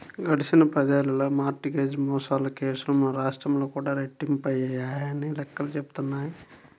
గడిచిన పదేళ్ళలో mortgage మోసాల కేసులు మన రాష్ట్రంలో కూడా రెట్టింపయ్యాయని లెక్కలు చెబుతున్నాయి